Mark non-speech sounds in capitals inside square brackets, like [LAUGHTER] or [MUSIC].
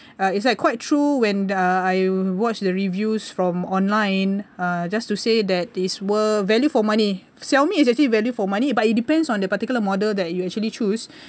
uh it's like quite true when uh I watch the reviews from online uh just to say that these were value for money Xiaomi is actually value for money but it depends on the particular model that you actually choose [BREATH]